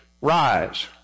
rise